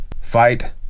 fight